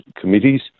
committees